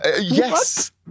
Yes